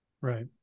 right